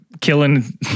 killing